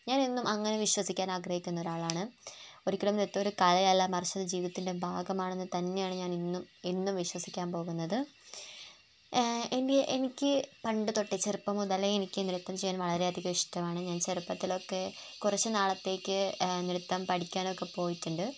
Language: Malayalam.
ഞാനെന്നും അങ്ങനെ വിശ്വസിക്കാന് ആഗ്രഹിക്കുന്നൊരാളാണ് ഒരിക്കലും നൃത്തമൊരു കലയല്ല മറിച്ച് ജീവിതത്തിൻറ്റെ ഭാഗമാണെന്ന് തന്നെയാണ് ഞാനിന്നും എന്നും വിശ്വസിക്കാൻ പോകുന്നത് എൻറ്റെ എനിക്ക് പണ്ടുതൊട്ടേ ചെറുപ്പം മുതലേ എനിക്ക് നൃത്തം ചെയ്യാൻ വളരെയധികം ഇഷ്ടമാണ് ഞാൻ ചെറുപ്പത്തിലൊക്കെ കുറച്ച് നാളത്തേക്ക് നൃത്തം പഠിക്കാനൊക്കെ പോയിട്ടുണ്ട്